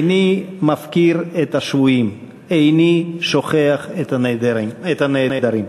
איני מפקיר את השבויים, איני שוכח את הנעדרים.